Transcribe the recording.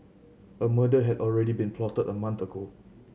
a murder had already been plotted a month ago